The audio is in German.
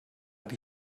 die